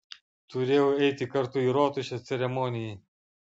turėjau eiti kartu į rotušę ceremonijai